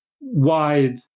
wide